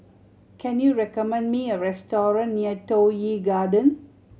can you recommend me a restaurant near Toh Yi Garden